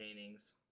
paintings